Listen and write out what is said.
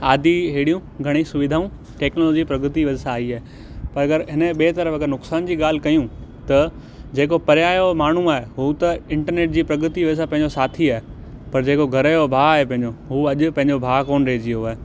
आदि अहिड़ियूं घणी सुविधाऊं टेक्नोलॉजी प्रगति वजह सां आई आहे पर अगरि हिनजो ॿिएं तरफ़ अगरि नुक़सानु जी ॻाल्हि कयूं त जेको परियां जो माण्हू आहे हू त इंटरनेट जी प्रगति जी वजह सां पंहिंजो साथी आहे पर जेको घर जो भाउ आहे पंहिंजो उहो अॼु पंहिंजो भाउ कोन रहिजी वियो आहे